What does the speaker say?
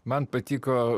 man patiko